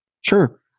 Sure